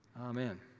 Amen